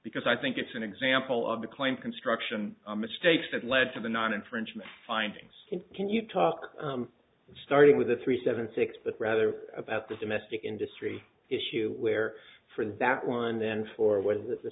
because i think it's an example of the claim construction mistakes that led to the nine infringement findings can you talk starting with the three seven six but rather about the domestic industry issue where for that one then four w